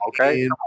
okay